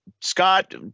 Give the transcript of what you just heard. Scott